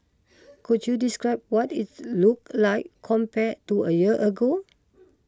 could you describe what it look like compared to a year ago